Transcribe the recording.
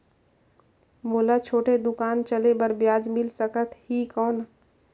मोला छोटे दुकान चले बर ब्याज मिल सकत ही कौन?